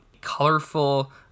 colorful